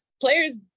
players